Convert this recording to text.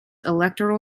electoral